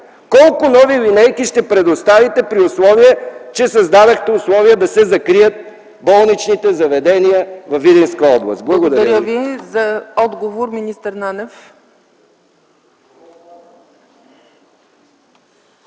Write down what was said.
Колко нови линейки ще предоставите при условие, че създадохте условия да се закрият болничните заведения във Видинска област? Благодаря ви. ПРЕДСЕДАТЕЛ ЦЕЦКА